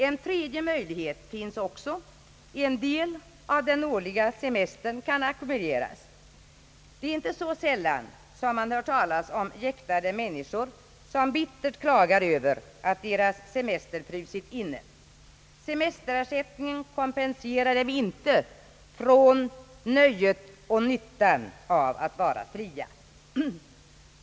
En tredje möjlighet finns också. En del av den årliga semestern kan ackumuleras. Det är inte så sällan som man hör talas om jäktade människor som bittert klagar över att deras semester frusit inne. Kontant semesterersättning kompenserar dem inte från nöjet och nyttan av att vara fria.